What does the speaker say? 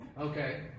okay